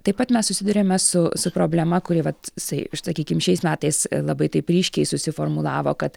taip pat mes susiduriame su su problema kuri vat sei sakykim šiais metais labai taip ryškiai susiformulavo kad